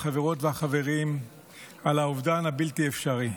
החברות והחברים על האובדן הבלתי-אפשרי.